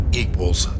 equals